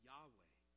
Yahweh